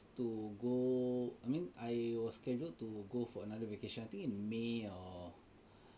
to go I mean I was scheduled to go for another vacation I think in May or